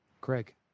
Craig